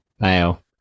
male